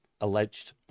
alleged